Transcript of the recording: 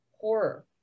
horror